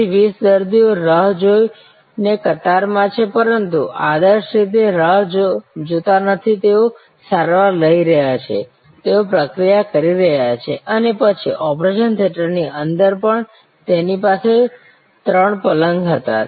તેથી 20 દર્દીઓ રાહ જોઈને કતારમાં છે પરંતુ આદર્શ રીતે રાહ જોતા નથી તેઓ સારવાર લઈ રહ્યા છે તેઓ પ્રક્રિયા કરી રહ્યા છે અને પછી ઓપરેશન થિયેટરની અંદર પણ તેમની પાસે 3 પલંગ હતા